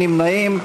אין נמנעים.